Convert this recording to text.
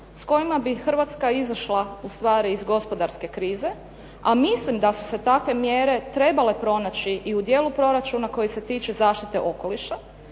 s kojima bi Hrvatska izašla u stvari iz gospodarske krize, a mislim da su se takve mjere trebale pronaći i u dijelu proračuna koji se tiče zaštite okoliša